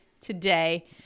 today